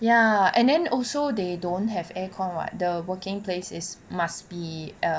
ya and then also they don't have aircon [what] the working place is must be err